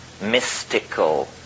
mystical